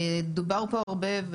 דובר פה הרבה,